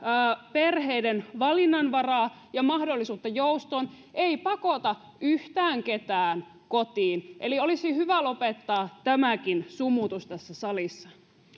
perheiden valinnanvaraa ja mahdollisuutta joustoon ei pakota yhtään ketään kotiin eli olisi hyvä lopettaa tämäkin sumutus tässä salissa